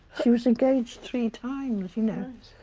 she was engaged three times, you know.